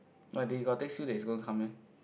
but they got text you that's going to come meh